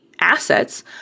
Assets